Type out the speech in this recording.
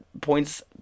points